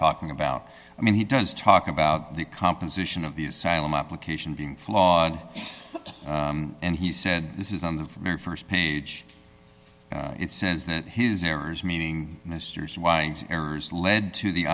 talking about i mean he does talk about the composition of the asylum application being flawed and he said this is on the from the st page it says that his errors meaning ministers wives errors led to the